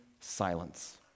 silence